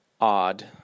odd